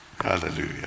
Hallelujah